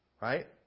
right